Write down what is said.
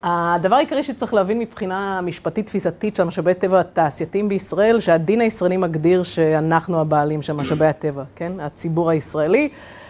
הדבר העיקרי שצריך להבין מבחינה משפטית תפיסתית של המשאבי הטבע התעשייתיים בישראל, שהדין הישראלי מגדיר שאנחנו הבעלים של המשאבי הטבע, הציבור הישראלי.